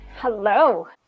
Hello